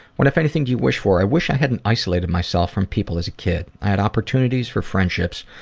what if anything do you wish for? i wish i hadn't isolated myself from people as a kid. i had opportunities for friendships,